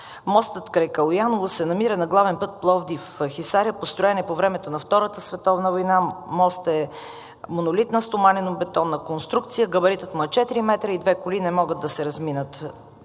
мостът край Калояново се намира на главен път Пловдив – Хисаря. Построен е по времето на Втората световна война. Мостът е монолитна стоманобетонна конструкция, габаритът му е четири метра и две коли не могат да се разминат